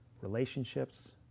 relationships